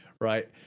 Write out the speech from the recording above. Right